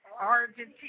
Argentina